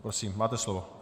Prosím, máte slovo.